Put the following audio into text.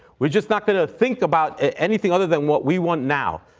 we're just not going to think about anything other than what we want now.